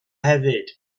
hefyd